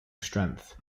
strength